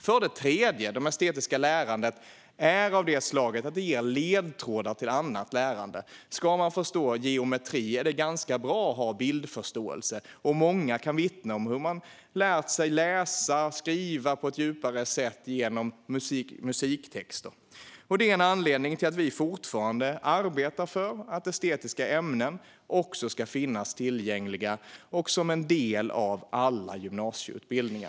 För det tredje är det estetiska lärandet av det slag att det ger ledtrådar till annat lärande. Om man ska förstå geometri är det bra att ha bildförståelse. Många kan också vittna om hur man har lärt sig läsa och skriva på ett djupare sätt genom musiktexter. Detta är en anledning till att vi fortfarande arbetar för att estetiska ämnen också ska finnas tillgängliga och som en del av all gymnasieutbildning.